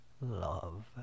love